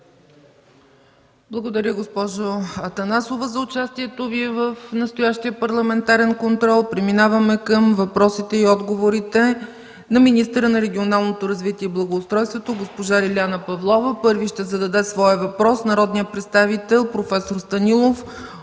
Благодаря, госпожо Атанасова за участието Ви в настоящия парламентарен контрол. Преминаваме към въпросите и отговорите на министъра на регионалното развитие и благоустройството госпожа Лиляна Павлова. Първи ще зададе своя въпрос народният представител проф. Станилов